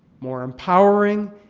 more empowering,